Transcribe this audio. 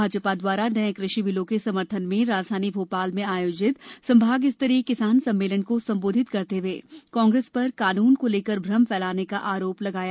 भाजपा द्वारा नए कृषि बिलों के समर्थन में राजधानी भोपाल में आयोजित संभाग स्तरीय किसान सम्मेलन को संबोधित करते हुए कांग्रेस पर कानून को लेकर भ्रम फैलाने का आरोप लगाया